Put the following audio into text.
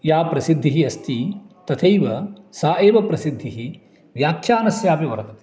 या प्रसिद्धिः अस्ति तथैव सा एव प्रसिद्धिः व्याख्यानस्यापि वर्तते